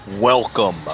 Welcome